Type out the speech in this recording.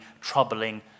troubling